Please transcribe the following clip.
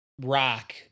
rock